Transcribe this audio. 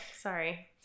sorry